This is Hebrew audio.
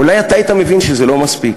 אולי אתה היית מבין שזה לא מספיק.